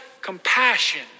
compassion